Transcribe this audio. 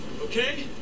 Okay